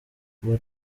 mbona